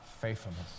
faithfulness